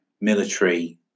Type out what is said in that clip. military